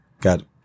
got